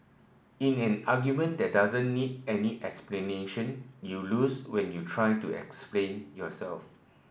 in an argument that doesn't need any explanation you lose when you try to explain yourself